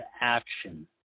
action